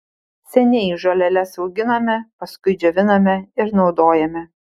seniai žoleles auginame paskui džioviname ir naudojame